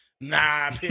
nah